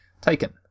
Taken